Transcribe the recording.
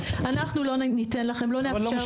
אנחנו לא ניתן לכם לא נאפשר לכם.